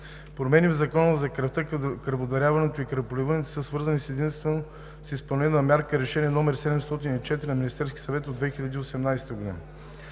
Промените в Закона за кръвта, кръводаряването и кръвопреливането са свързани единствено с изпълнение на мярка от Решение № 704 на Министерския съвет от 2018 г.